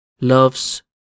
loves